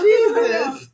Jesus